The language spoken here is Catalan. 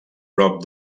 prop